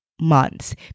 months